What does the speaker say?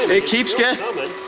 and it keeps yeah coming,